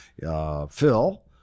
Phil